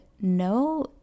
no